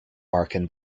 marken